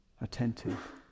attentive